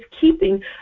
keeping